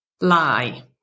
lie